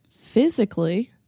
physically